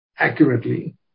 accurately